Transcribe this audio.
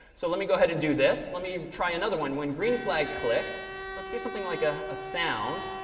so let me go ahead and do this. let me try another one. when green flag clicked let's do something like a ah sound.